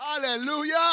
Hallelujah